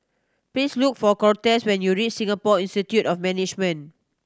please look for Cortez when you reach Singapore Institute of Management